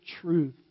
truth